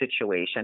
situation